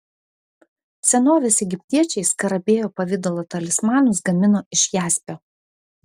senovės egiptiečiai skarabėjo pavidalo talismanus gamino iš jaspio